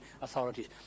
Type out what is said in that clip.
authorities